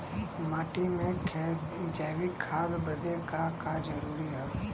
माटी में जैविक खाद बदे का का जरूरी ह?